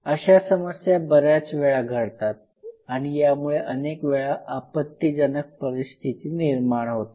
अशा समस्या बऱ्याच वेळा घडतात आणि यामुळे अनेक वेळा आपत्तीजनक परिस्थिती निर्माण होते